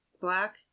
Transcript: Black